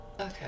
Okay